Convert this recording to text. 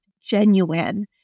genuine